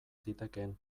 zitekeen